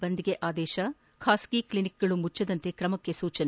ಬಂದ್ಗೆ ಆದೇಶ ಖಾಸಗಿ ಕ್ಲಿನಿಕ್ಗಳು ಮುಚ್ಚದಂತೆ ಕ್ರಮಕ್ಕೆ ಸೂಚನೆ